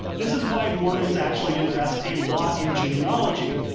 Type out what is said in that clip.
this is why mormons actually invest a lot in genealogy,